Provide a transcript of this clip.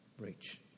reach